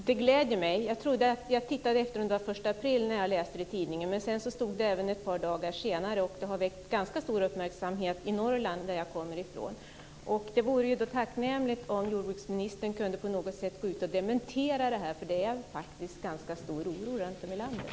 Herr talman! Det gläder mig. Jag tittade efter om det var den 1 april när jag läste det i tidningen. Men sedan stod det även ett par dagar senare. Det har också väckt ganska stor uppmärksamhet i Norrland, som jag kommer ifrån. Det vore tacknämligt om jordbruksministern på något sätt kunde gå ut och dementera det här, för det är faktiskt ganska stor oro runtom i landet.